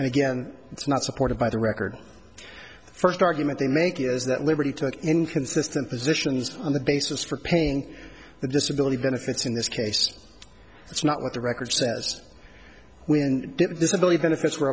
and again it's not supported by the record first argument they make is that liberty took inconsistent positions on the basis for paying the disability benefits in this case that's not what the record says when disability benefits were